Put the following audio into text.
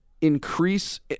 increase